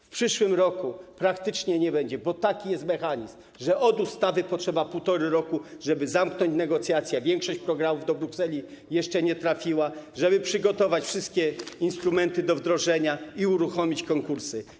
W przyszłym roku praktycznie ich nie będzie, bo taki jest mechanizm, że od ustawy potrzeba półtora roku, żeby zamknąć negocjacje, większość programów do Brukseli jeszcze nie trafiła, żeby przygotować wszystkie instrumenty do wdrożenia i uruchomić konkursy.